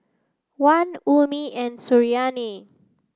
Wan Ummi and Suriani